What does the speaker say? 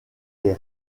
les